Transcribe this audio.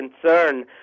concern